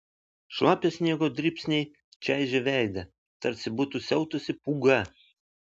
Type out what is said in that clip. šlapio sniego dribsniai čaižė veidą tarsi būtų siautusi pūga